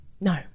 No